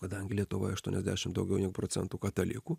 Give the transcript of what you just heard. kadangi lietuvoj aštuoniasdešim daugiau procentų katalikų